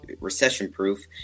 recession-proof